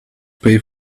pay